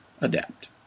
adapt